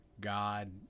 god